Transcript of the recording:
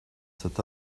cet